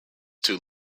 two